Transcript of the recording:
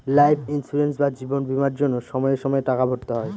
life insurance বা জীবন বীমার জন্য সময়ে সময়ে টাকা ভরতে হয়